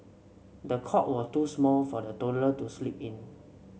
the cot was too small for the toddler to sleep in